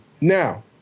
Now